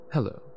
Hello